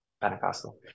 Pentecostal